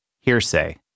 hearsay